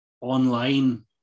online